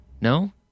No